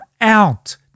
out